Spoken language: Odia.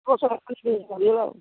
ହଁ ସେ ରଖୁଛି ପରିବା ଆଉ